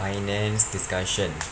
finance discussion